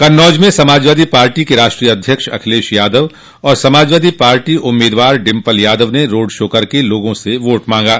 कन्नौज में सपा के राष्ट्रीय अध्यक्ष अखिलेश यादव और सपा उम्मीदवार डिम्पल यादव ने रोड शो कर लोगों से वोट मांगा